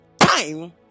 time